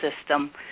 system